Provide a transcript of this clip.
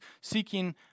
seeking